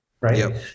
right